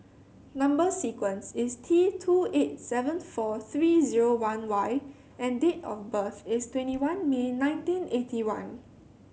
number sequence is T two eight seven four three zero one Y and date of birth is twenty one May nineteen eighty one